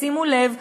שימו לב,